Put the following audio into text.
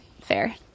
fair